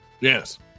Yes